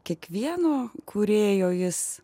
kiekvieno kūrėjo jis